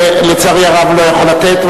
לצערי הרב אני לא יכול לתת,